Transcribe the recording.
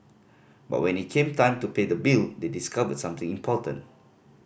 but when it came time to pay the bill they discovered something important